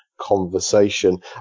conversation